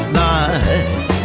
night